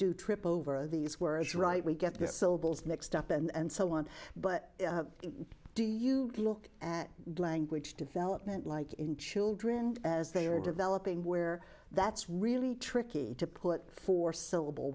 do trip over these words right we get this syllables mixed up and so on but do you look at language development like in children as they are developing where that's really tricky to put for syllable